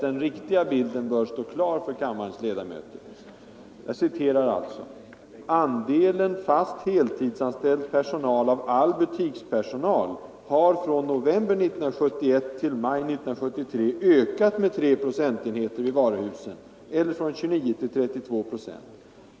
Den riktiga bilden bör stå klar för kammarens ledamöter: ” Andelen fast heltidspersonal av all butikspersonal har från november 1971 till maj 1973 ökat med 3 procentenheter i varuhusen eller från 29 till 32 procent.